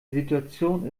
situation